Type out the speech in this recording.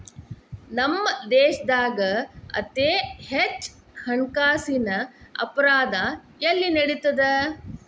ನಮ್ಮ ದೇಶ್ದಾಗ ಅತೇ ಹೆಚ್ಚ ಹಣ್ಕಾಸಿನ್ ಅಪರಾಧಾ ಎಲ್ಲಿ ನಡಿತದ?